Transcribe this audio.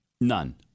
None